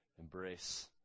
embrace